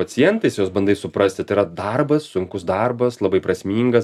pacientais juos bandai suprasti tai yra darbas sunkus darbas labai prasmingas